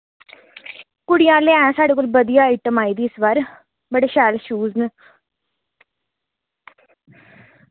कुड़ियां आह्ले ऐं साढ़े कोल बधिया आइटम आई दी इस बार बड़े शैल शूज न